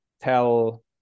tell